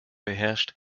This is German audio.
beherrscht